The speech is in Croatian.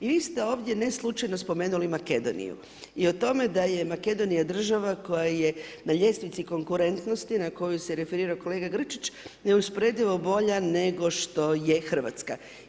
I vi ste ovdje ne slučajno spomenuli Makedoniju i o tome da je Makedonija država koja je na ljestvici konkurentnosti na koju se referira kolega Grčić neusporedivo bolja nego što je Hrvatska.